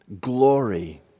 Glory